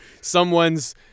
someone's